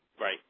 Right